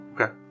Okay